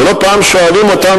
לא פעם שואלים אותנו,